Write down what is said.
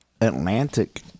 Atlantic